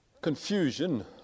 confusion